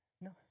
No